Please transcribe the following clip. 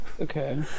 Okay